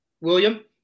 William